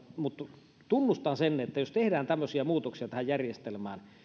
mutta tunnustan sen että jos tehdään tämmöisiä muutoksia tähän järjestelmään